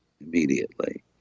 immediately